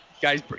Guys